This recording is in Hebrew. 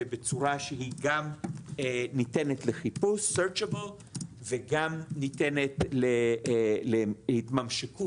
ובצורה שהיא גם ניתנת לחיפוש וגם ניתנת להתממשקות,